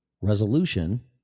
resolution